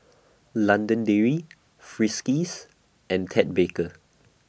London Dairy Friskies and Ted Baker